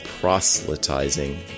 proselytizing